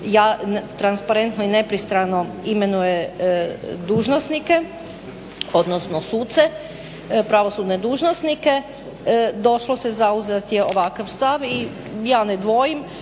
koje transparentno i nepristrano imenuje dužnosnike odnosno suce pravosudne dužnosnike, došlo se zauzeti ovakav stav. I ja ne dvojim,